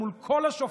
מול כל השופרות,